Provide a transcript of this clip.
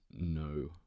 no